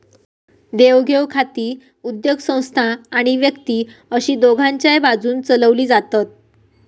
देवघेव खाती उद्योगसंस्था आणि व्यक्ती अशी दोघांच्याय बाजून चलवली जातत